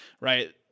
right